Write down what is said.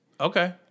Okay